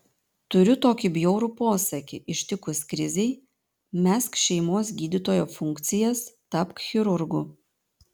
turiu tokį bjaurų posakį ištikus krizei mesk šeimos gydytojo funkcijas tapk chirurgu